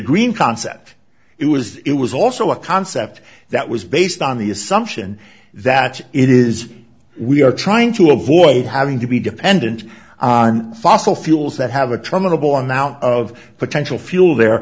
green concept it was it was also a concept that was based on the assumption that it is we are trying to avoid having to be dependent on fossil fuels that have a terminal borne out of potential fuel the